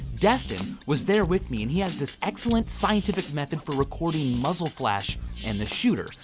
destin was there with me and he has this excellent scientific method for recording muzzle flash and the shooter.